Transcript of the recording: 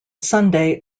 sunday